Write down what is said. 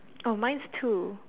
oh mine's two